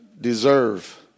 deserve